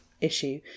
issue